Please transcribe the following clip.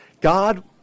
God